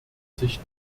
sich